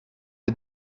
der